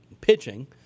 pitching